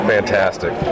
Fantastic